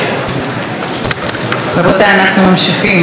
רבותיי, אנחנו ממשיכים בסדר-היום שלנו.